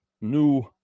new